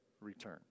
return